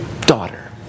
daughter